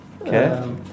okay